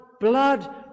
blood